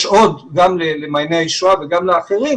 יש עוד גם למעייני הישועה וגם לאחרים,